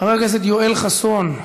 חבר הכנסת יואל חסון.